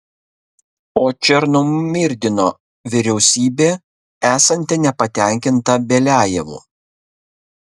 o černomyrdino vyriausybė esanti nepatenkinta beliajevu